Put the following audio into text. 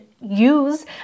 use